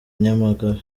nyamagabe